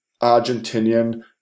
Argentinian